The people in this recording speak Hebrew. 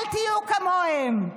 אל תהיו כמוהם,